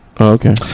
Okay